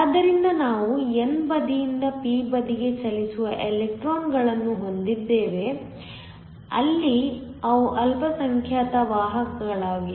ಆದ್ದರಿಂದ ನಾವು n ಬದಿಯಿಂದ p ಬದಿಗೆ ಚಲಿಸುವ ಎಲೆಕ್ಟ್ರಾನ್ಗಳನ್ನು ಹೊಂದಿದ್ದೇವೆ ಅಲ್ಲಿ ಅವು ಅಲ್ಪಸಂಖ್ಯಾತ ವಾಹಕಗಳಾಗಿವೆ